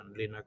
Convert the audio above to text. Linux